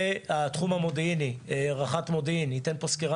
בתחום המודיעיני רח"ט מודיעין ייתן פה סקירה